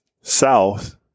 south